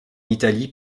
italie